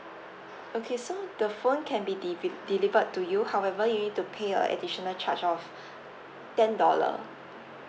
okay so the phone can be deli~ delivered to you however you need to pay a additional charge of ten dollar